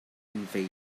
invade